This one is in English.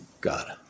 God